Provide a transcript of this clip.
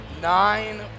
nine